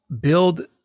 build